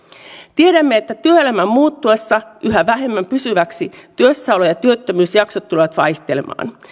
tiedämme että työelämän muuttuessa yhä vähemmän pysyväksi työssäolo ja työttömyysjaksot tulevat vaihtelemaan